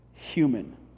human